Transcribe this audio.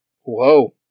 Whoa